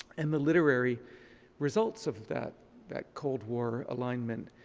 and the literary results of that that cold war alignment.